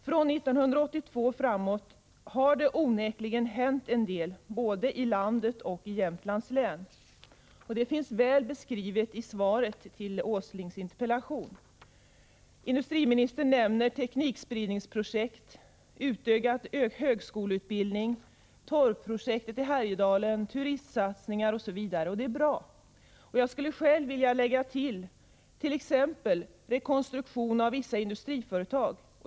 Från 1982 och framåt har det onekligen hänt en del både i landet och i Jämtlands län. Det finns väl beskrivet i svaret på Nils G. Åslings interpellation. Industriministern nämner teknikspridningsprojekt, utökad högskoleutbildning, torvprojekt i Härjedalen, turistsatsningar osv. Det är bra. Jag skulle själv vilja lägga till t.ex. rekonstruktion av vissa industriföretag.